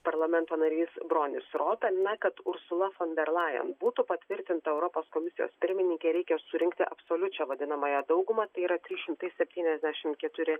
parlamento narys bronis ropė na kad usula fon der lajen būtų patvirtinta europos komisijos pirmininkė reikia surinkti absoliučią vadinamąją daugumą tai yra trys šimtai septyniasdešim keturi